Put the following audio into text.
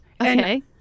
Okay